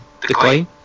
decline